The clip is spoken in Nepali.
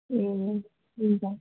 ए हुन्छ